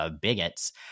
bigots